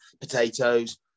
potatoes